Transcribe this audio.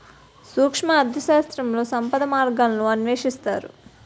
సూక్ష్మ అర్థశాస్త్రంలో సంపద మార్గాలను అన్వేషిస్తారు